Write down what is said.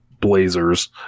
blazers